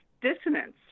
dissonance